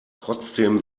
trotzdem